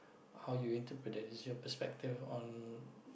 how you interpret it is your perspective on